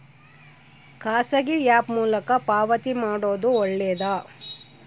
ಖಾಸಗಿ ಆ್ಯಪ್ ಮೂಲಕ ಪಾವತಿ ಮಾಡೋದು ಒಳ್ಳೆದಾ?